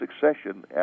succession